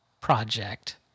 project